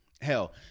hell